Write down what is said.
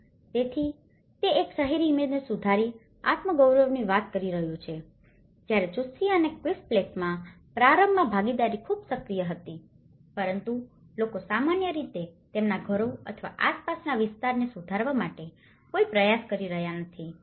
તેથી તે એક શહેરી ઈમેજને સુધારીને આત્મગૌરવની વાત કરી રહ્યું છે જ્યારે ચુસ્ચી અને ક્વિસ્પ્લેક્ટમાં પ્રારંભમાં ભાગીદારી ખૂબ સક્રિય હતી પરંતુ લોકો સામાન્ય રીતે તેમના ઘરો અથવા આસપાસના વિસ્તારને સુધારવા માટે કોઈ પ્રયાસ કરી રહ્યા નથી